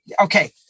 Okay